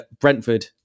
Brentford